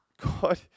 God